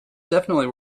definitely